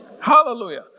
Hallelujah